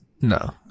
no